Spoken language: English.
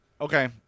Okay